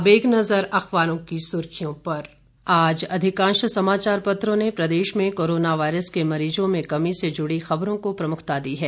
अब एक नजर अखबारों की सुर्खियों पर आज अधिकांश समाचार पत्रों ने प्रदेश में कोरोना वायरस के मरीजों में कमी से जुड़ी खबरों को प्रमुखता दी है